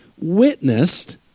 witnessed